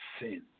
sin